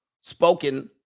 Spoken